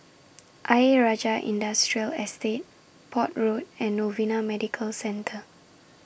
Ayer Rajah Industrial Estate Port Road and Novena Medical Centre